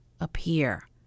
appear